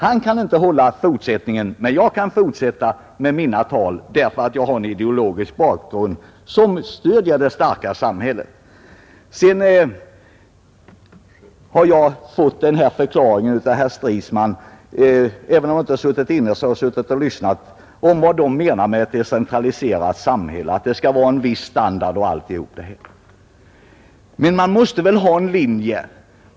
Han kan inte hålla en fortsättning på talen, men jag kan fortsätta med mina tal därför att jag har en ideologisk bakgrund som stöder det starka samhället. Av herr Stridsman har jag nu fått en förklaring till vad centerpartiet menar med ett decentraliserat samhälle, med att det skall finnas en viss standard etc. Men man måste ha en linje.